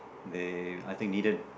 they I think needed